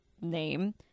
name